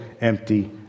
empty